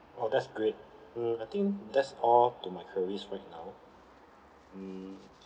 orh that's great mm I think that's all to my queries right now mm